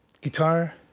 guitar